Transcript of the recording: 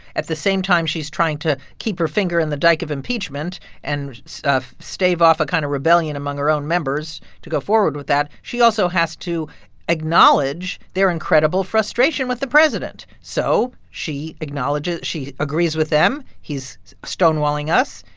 at the same time she's trying to keep her finger in the dike of impeachment and so stave off a kind of rebellion among her own members to go forward with that, she also has to acknowledge their incredible frustration with the president. so she acknowledges she agrees with them. he's stonewalling us.